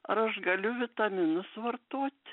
ar aš galiu vitaminus vartot